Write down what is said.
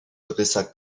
dressa